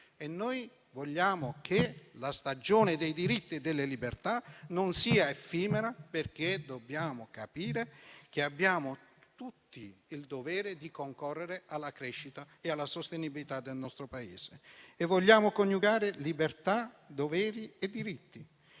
Noi vogliamo che la stagione dei diritti e delle libertà non sia effimera perché dobbiamo capire che abbiamo tutti il dovere di concorrere alla crescita e alla sostenibilità del nostro Paese. Vogliamo coniugare libertà, doveri e diritti